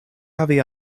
havi